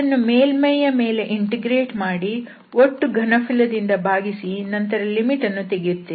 ಇದನ್ನು ಮೇಲ್ಮೈಯ ಮೇಲೆ ಇಂಟಿಗ್ರೇಟ್ ಮಾಡಿ ಒಟ್ಟು ಘನಫಲದಿಂದ ಭಾಗಿಸಿ ನಂತರ ಲಿಮಿಟ್ ಅನ್ನು ತೆಗೆಯುತ್ತೇವೆ